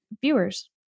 viewers